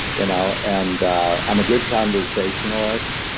you know and i'm a good conversationalist.